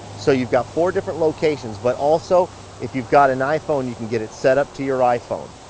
so you've got four different locations, but also if you've got an iphone, you can get it set up to your iphone.